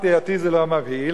אותי זה לא מבהיל.